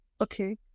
Okay